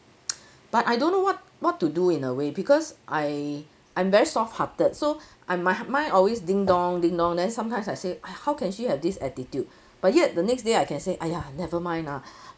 but I don't know what what to do in a way because I I'm very soft hearted so I my mind always ding dong ding dong then sometimes I say !aiya! how can she have this attitude but yet the next day I can say !aiya! never mind lah